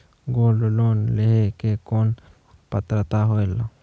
Gold loan लेहे के कौन पात्रता होएल?